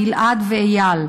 גיל-עד ואיל: